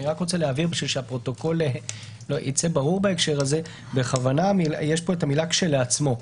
כדי שהפרוטוקול ייצא ברור בהקשר הזה - בכוונה יש פה המילה כשלעצמו.